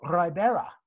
Ribera